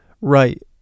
right